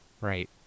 right